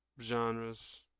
genres